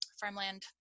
farmland